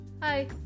Hi